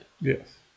yes